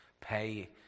pay